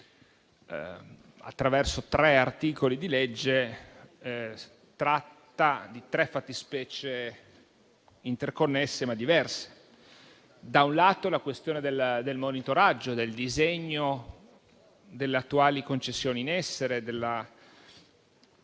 attraverso tre articoli di legge, tratta di tre fattispecie interconnesse ma diverse: da un lato, la questione del monitoraggio del disegno delle attuali concessioni in essere, della